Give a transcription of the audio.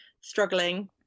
struggling